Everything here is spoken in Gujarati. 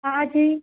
હા જી